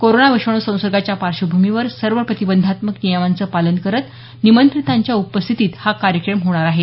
corona विषाणू संसर्गाच्या पार्श्वभूमीवर सर्व प्रतिबंधात्मक नियमांचं पालन करत निमंत्रितांच्या उपस्थितीत हा कार्यक्रम होणार आहे